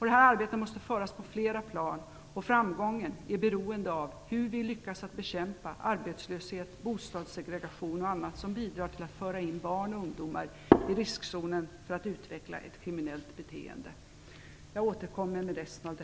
Detta arbete måste föras på flera plan, och framgången är beroende av hur vi lyckas att bekämpa arbetslöshet, bostadssegregation och annat som bidrar till att föra in barn och ungdomar i riskzonen för att utveckla ett kriminellt beteende.